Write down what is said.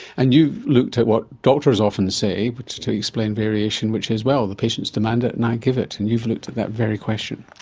and you've looked at what doctors often say but to to explain variation which says, well, the patients demand it, and i give it. and you've looked at that very question.